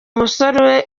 musore